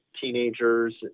teenagers